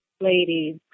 ladies